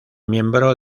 miembro